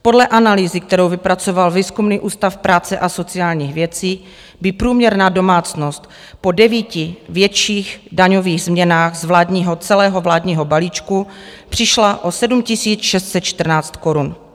Podle analýzy, kterou vypracoval Výzkumný ústav práce a sociálních věcí, by průměrná domácnost po devíti větších daňových změnách z celého vládního balíčku přišla o 7 614 korun.